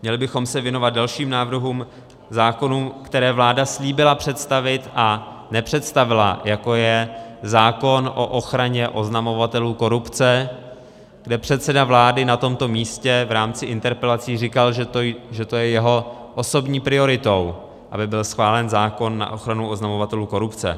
Měli bychom se věnovat dalším návrhům zákonů, které vláda slíbila představit, a nepředstavila, jako je zákon o ochraně oznamovatelů korupce, kde předseda vlády na tomto místě v rámci interpelací říkal, že to je jeho osobní prioritou, aby byl schválen zákon na ochranu oznamovatelů korupce.